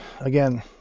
again